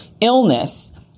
illness